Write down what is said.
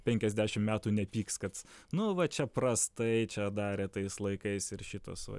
penkiasdešim metų nepyks kad nu va čia prastai čia darė tais laikais ir šitas va